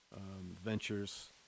Ventures